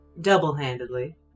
Double-handedly